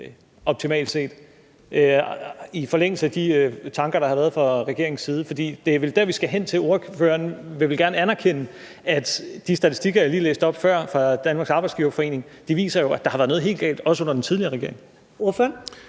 optimalt set – i forlængelse af de tanker, der har været, fra regeringens side? Det er vel der, vi skal hen til. Ordføreren vil vel gerne anerkende, at de statistikker, jeg lige læste op af før, fra Danmarks Arbejdsgiverforening jo viser, at der også har været noget helt galt under den tidligere regering?